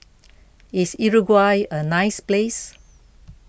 is Uruguay a nice place